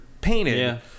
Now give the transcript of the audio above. painted